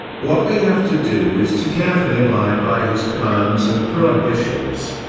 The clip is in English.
what we have to do is to carefully abide by his commands and prohibitions.